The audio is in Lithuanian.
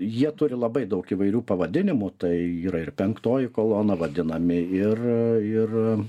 jie turi labai daug įvairių pavadinimų tai yra ir penktoji kolona vadinami ir